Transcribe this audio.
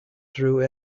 through